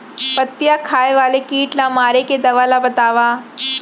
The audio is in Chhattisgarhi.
पत्तियां खाए वाले किट ला मारे के दवा ला बतावव?